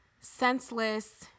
senseless